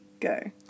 Go